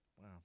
Wow